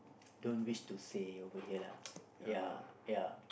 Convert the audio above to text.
don't wish to say over here lah ya ya